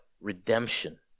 redemption